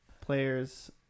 players